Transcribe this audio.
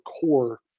core